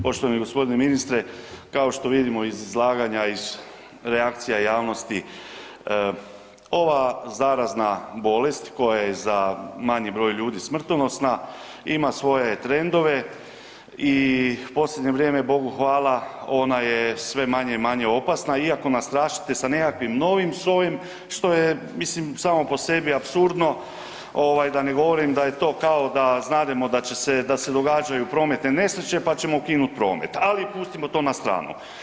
Poštovani g. ministre, kao što vidimo iz izlaganja i iz reakcija javnosti ova zarazna bolest koja je za manji broj ljudi smrtonosna ima svoje trendove i u posljednje vrijeme Bogu hvala ona je sve manje i manje opasna iako nas strašite sa nekakvim novim sojem, što je mislim samo po sebi apsurdno ovaj da ne govorim da je to kao da znademo da će se, da se događaju prometne nesreće, pa ćemo ukinut promet, ali pustimo to na stranu.